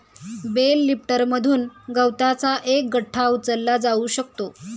bell लिफ्टरमधून गवताचा एक गठ्ठा उचलला जाऊ शकतो